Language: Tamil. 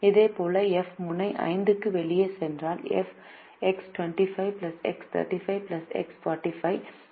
இதேபோல் f முனை 5 க்கு வெளியே சென்றால் f X25 X35 X45